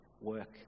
work